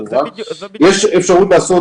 כתוב לנו שזה